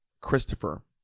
Christopher